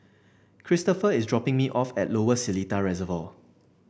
Kristopher is dropping me off at Lower Seletar Reservoir